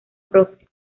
prof